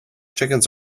chickens